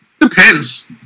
depends